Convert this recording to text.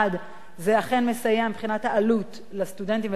זה אכן מסייע מבחינת העלות לסטודנטים ולסטודנטיות.